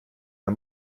der